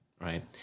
Right